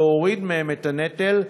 להוריד מהם את הנטל?